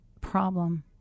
problem